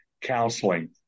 counseling